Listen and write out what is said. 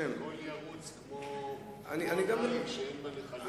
החבילה הכול ירוץ כמו המים שאין בנחלים.